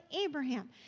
Abraham